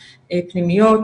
פנימיות,